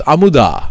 Amuda